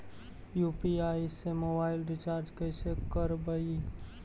UPI से mobile recharge कैसे करबइ?